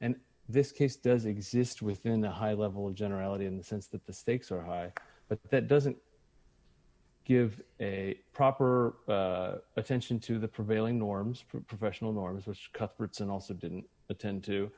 and this case does exist within the high level of generality in the sense that the stakes are high but that doesn't give a proper attention to the prevailing norms professional norms a scuffle and also didn't attend to